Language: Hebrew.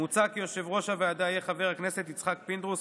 מוצע כי יושב-ראש הוועדה יהיה חבר הכנסת יצחק פינדרוס,